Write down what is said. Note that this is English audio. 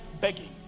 begging